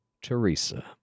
teresa